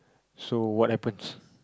so what happens